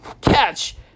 catch